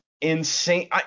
insane